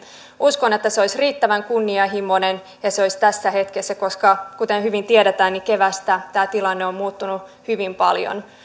uskon että se olisi riittävän kunnianhimoinen ja se olisi tässä hetkessä koska kuten hyvin tiedetään niin keväästä tämä tilanne on muuttunut hyvin paljon